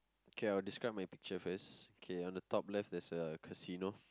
okay I will describe my picture first okay on the top left there's a casino